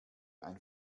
ein